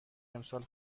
امسال